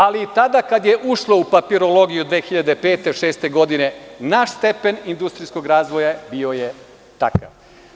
Ali, tada kada je ušlo u papirologiju 2005, 2006. godine, naš stepen industrijskog razvoja bio je takav.